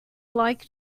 like